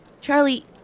Charlie